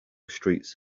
streets